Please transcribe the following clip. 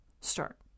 start